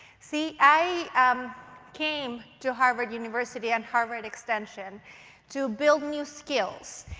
see, i um came to harvard university and harvard extension to build new skills,